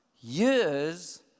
years